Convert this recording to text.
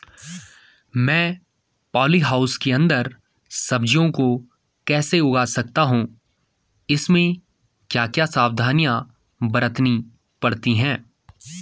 मैं poly house के अन्दर सब्जियों को कैसे उगा सकता हूँ इसमें क्या क्या सावधानियाँ बरतनी पड़ती है?